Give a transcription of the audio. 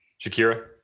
Shakira